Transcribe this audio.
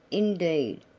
indeed,